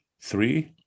Three